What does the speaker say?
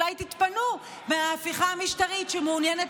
שאולי תתפנו מההפיכה המשטרית שמעוניינת